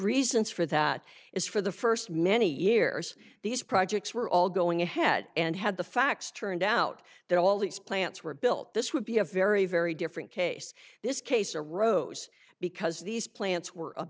reasons for that is for the first many years these projects were all going ahead and had the facts turned out that all these plants were built this would be a very very different case this case arose because these plants were